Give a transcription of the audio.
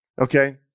Okay